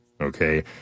Okay